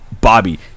Bobby